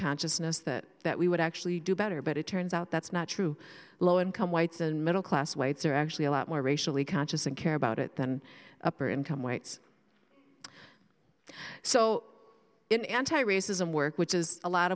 consciousness that that we would actually do better but it turns out that's not true low income whites and middle class whites are actually a lot more racially conscious and care about it than upper income whites so in anti racism work which is a lot